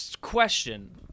Question